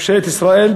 ממשלת ישראל,